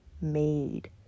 made